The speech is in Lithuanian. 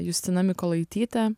justina mykolaitytė